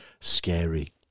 scary